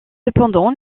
cependant